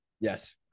Yes